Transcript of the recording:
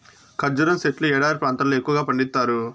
ఖర్జూరం సెట్లు ఎడారి ప్రాంతాల్లో ఎక్కువగా పండిత్తారు